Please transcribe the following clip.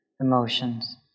emotions